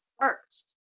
first